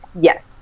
Yes